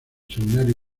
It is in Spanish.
seminario